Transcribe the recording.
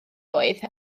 oedd